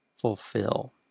fulfill